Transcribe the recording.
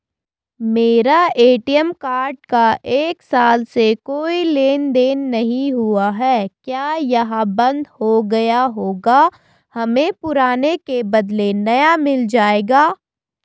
मेरा ATM card का एक साल से कोई लेन देन नहीं हुआ है क्या यह बन्द हो गया होगा हमें पुराने के बदलें नया मिल जाएगा?